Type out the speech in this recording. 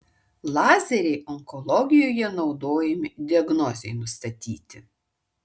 lazeriai onkologijoje naudojami diagnozei nustatyti